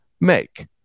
make